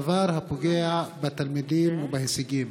דבר הפוגע בתלמידים ובהישגים.